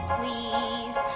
please